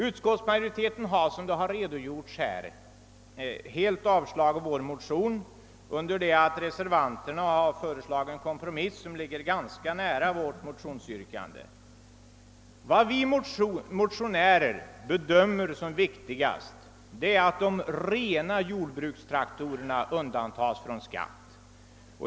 Utskottsmajoriteten har, som redovisats här, helt avstyrkt vår motion, under det att reservanterna har föreslagit en kompromiss som ligger ganska nära vårt motionsyrkande. Vad vi motionärer bedömer som viktigast är att de rena jordbrukstraktorerna undantas från skatt.